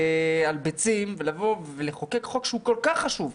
על ביצים לחוקק חוק שהוא כל כך חשוב,